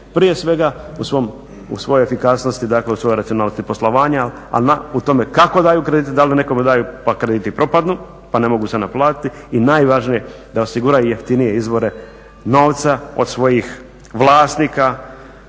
prije svega u svojoj efikasnosti, dakle u svojoj racionalnosti poslovanja ali, u tome kako daju kredite da li nekome daju pa krediti propadnu, pa ne mogu se naplatiti i najvažnije da osiguraju jeftinije izvore novca od svojih vlasnika,